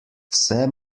vse